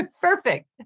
perfect